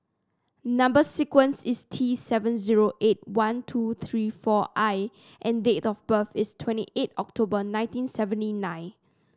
number sequence is T seven zero eight one two three four I and date of birth is twenty eight October nineteen seventy nine